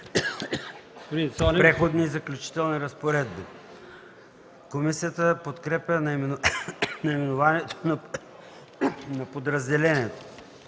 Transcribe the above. „Допълнителни разпоредби”. Комисията подкрепя наименованието на подразделението.